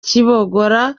kibogora